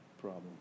problem